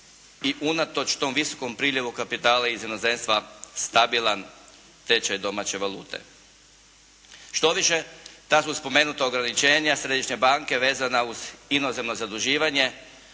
I unatoč tom visokom priljevu kapitala iz inozemstva stabilan tečaj domaće valute. Štoviše kažu spomenuta ograničenja središnje banke vezana uz inozemno zaduživanje